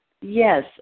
Yes